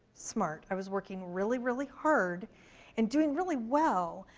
smart, i was working really, really hard and doing really well,